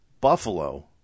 Buffalo